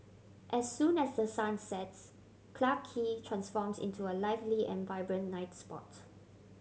as soon as the sun sets Clarke Quay transforms into a lively and vibrant night spot